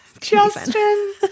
Justin